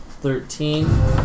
thirteen